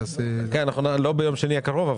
שתעשה --- לא ביום שני הקרוב,